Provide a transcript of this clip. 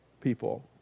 people